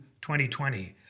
2020